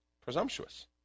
presumptuous